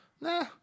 Nah